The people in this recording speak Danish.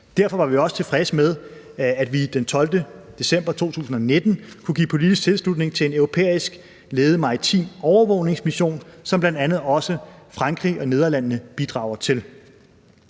Derfor var vi også tilfredse med, at vi den 12. december 2019 kunne give politisk tilslutning til en europæisk ledet maritim overvågningsmission, som bl.a. også Frankrig og Nederlandene bidrager til.